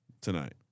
tonight